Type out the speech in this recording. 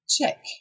check